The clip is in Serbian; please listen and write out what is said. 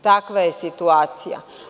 Takva je situacija.